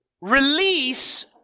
Release